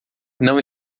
não